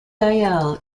gael